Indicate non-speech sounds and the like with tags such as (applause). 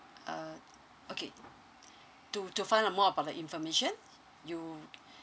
uh okay (noise) to to find out more about the information you